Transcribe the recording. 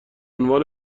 عنوان